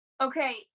Okay